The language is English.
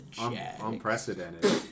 unprecedented